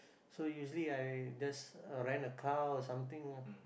so usually I just rent a car or something